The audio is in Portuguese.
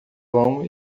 vão